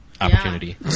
opportunity